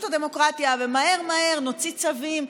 את הדמוקרטיה ומהר מהר נוציא צווים,